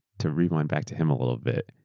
to rewind back to him a little bit,